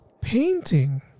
painting